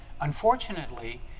Unfortunately